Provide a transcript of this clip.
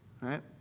Right